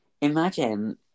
imagine